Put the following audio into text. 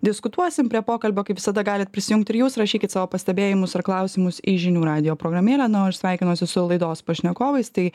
diskutuosim prie pokalbio kaip visada galit prisijungt ir jūs rašykit savo pastebėjimus ar klausimus į žinių radijo programėlę nu o aš sveikinuosi su laidos pašnekovais tai